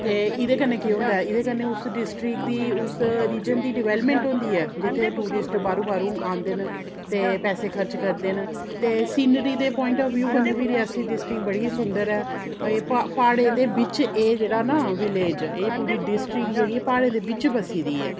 ते एह्दे कन्नै केह् होंदा ऐ एह्दे कन्नै उस डिस्ट्रिक दी उस रिजन दी डिवैल्पमैंट होंदी ऐ जित्थै टूरिस्ट बाह्रूं बाह्रूं औंदे न ते पैसे खर्च करदे न ते सिनरी दे प्वाइंट आफ व्यू कन्नै बी रियासी डिस्ट्रिक बड़ी गै सुंदर ऐ अजें प्हाड़ें दे बिच एह् जेह्डा ना विलेज एह् पूरी डिस्ट्रिक जेह्ड़ी ऐ प्हाड़ें दे बिच बस्सी दी ऐ